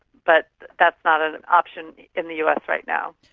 but that's not an option in the us right now.